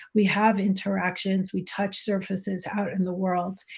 we have interactions, we touch surfaces out in the world,